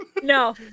No